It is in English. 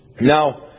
Now